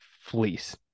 fleece